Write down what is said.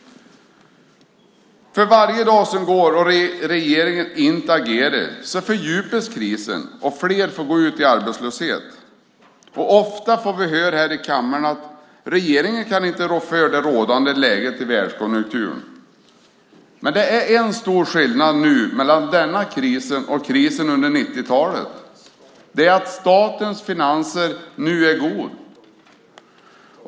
För var dag som går utan att regeringen agerar fördjupas krisen och fler få gå ut i arbetslöshet. Ofta får vi höra här i kammaren att regeringen inte kan rå för det rådande läget i världskonjunkturen. Men det är en stor skillnad mellan denna kris och krisen under 1990-talet, nämligen att statens finanser nu är goda.